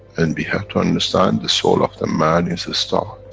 and we have to understand, the soul of the man is a star